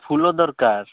ଫୁଲ ଦରକାର